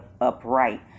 upright